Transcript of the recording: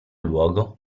luogo